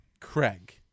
Craig